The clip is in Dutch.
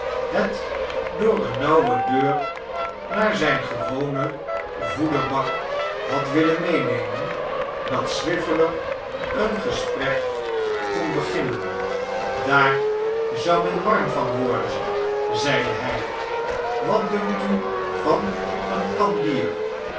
het door eene nauwe deur naar zijn gewonen voederbak had willen medenemen dat swiveller een gesprek kon beginnen daar zou men warm van worden zeide hij wat dunkt u van eene kan bier